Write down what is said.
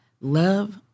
love